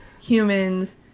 humans